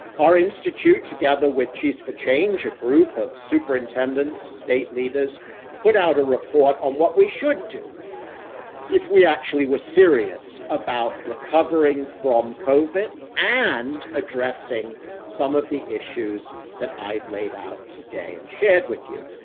our institute together with chiefs for change, a group of superintendents, state leaders put out a report on what we should do if we actually were serious about recovering from covid and addressing some of the issues that i've laid out today and shared with you.